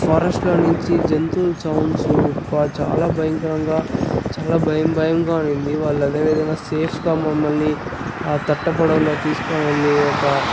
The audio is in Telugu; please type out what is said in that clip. ఫారెస్ట్లో నించి జంతువుల సౌండ్సు అబ్బా చాలా భయంకరంగా చాలా భయం భయంగా ఉండింది వాళ్ళు అదే విధంగా సేఫ్గా మమ్మల్ని ఆ తట్ట పడవలో తీసుకోనెళ్ళి ఒక